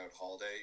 Holiday